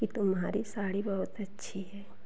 कि तुम्हारी साड़ी बहुत अच्छी है